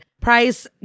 Price